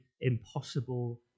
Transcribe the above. impossible